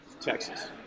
Texas